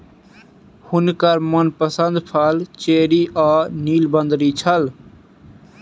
हुनकर मनपसंद फल चेरी आ नीलबदरी छल